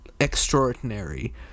extraordinary